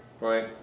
right